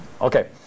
Okay